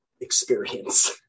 experience